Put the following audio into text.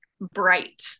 bright